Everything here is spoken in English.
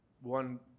one